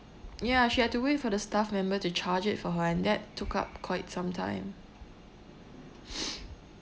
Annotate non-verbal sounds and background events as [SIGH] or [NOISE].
ya she had to wait for the staff member to charge it for her and that took up quite some time [NOISE]